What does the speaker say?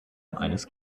eines